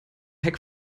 heck